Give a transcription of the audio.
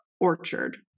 orchard